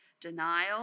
Denial